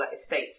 estate